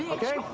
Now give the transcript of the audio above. okay,